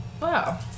wow